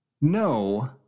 no